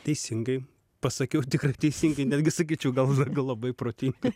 teisingai pasakiau tikrai teisingai netgi sakyčiau gal labai protingai